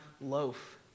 loaf